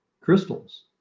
crystals